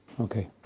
Okay